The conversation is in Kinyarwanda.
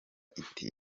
iti